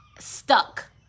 Stuck